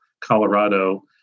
Colorado